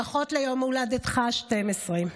ברכות ליום הולדתך ה-12.